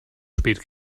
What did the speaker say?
spät